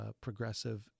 progressive